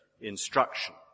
instruction